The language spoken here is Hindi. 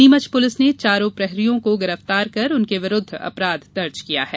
नीमच पुलिस ने चारों प्रहरियों को गिरफ्तार कर उनके विरूद्व अपराध दर्ज किया है